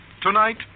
Tonight